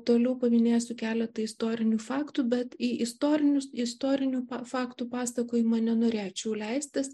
toliau paminėsiu keletą istorinių faktų bet į istorinius istorinių faktų pasakojimą nenorėčiau leistis